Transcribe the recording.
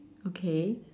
okay